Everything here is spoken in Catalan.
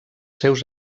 seus